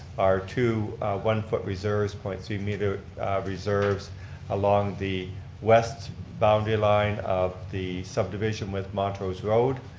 are two one foot reserves, point two meter reserves along the west boundary line of the subdivision with montrose road.